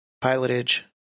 pilotage